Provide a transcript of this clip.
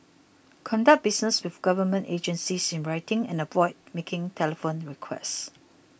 conduct business with government agencies in writing and avoid making telephone requests